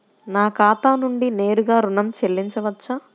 నా ఖాతా నుండి నేరుగా ఋణం చెల్లించవచ్చా?